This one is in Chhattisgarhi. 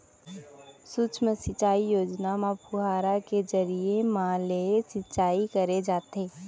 सुक्ष्म सिंचई योजना म फुहारा के जरिए म ले सिंचई करे जाथे